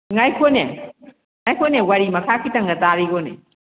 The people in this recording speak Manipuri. ꯉꯥꯏꯈꯣꯅꯦ ꯉꯥꯏꯈꯣꯅꯦ ꯋꯥꯔꯤ ꯃꯈꯥ ꯈꯤꯇꯪꯒ ꯇꯥꯔꯤꯈꯣꯅꯦ